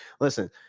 Listen